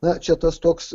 na čia tas toks